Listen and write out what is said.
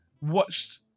watched